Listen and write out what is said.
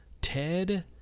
Ted